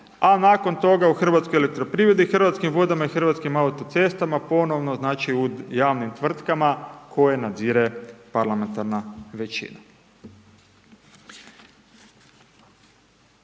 a nakon toga u HEP-u, u Hrvatskim vodama i Hrvatskim autocestama, ponovno znači u javnim tvrtkama koje nadzire parlamentarna većina.